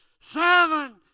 seven